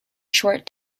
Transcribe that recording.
short